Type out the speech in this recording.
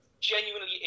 genuinely